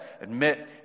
admit